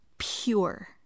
Pure